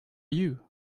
you